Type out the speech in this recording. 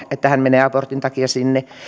että hän menee abortin takia sinne